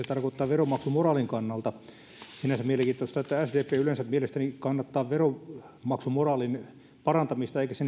veronmaksun moraalin kannalta sinänsä mielenkiintoista että sdp yleensä mielestäni kannattaa veronmaksumoraalin parantamista eikä sen